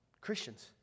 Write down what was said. Christians